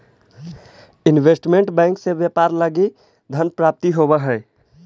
investment bank से व्यापार लगी धन प्राप्ति होवऽ हइ